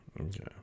Okay